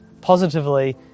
positively